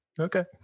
Okay